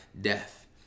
death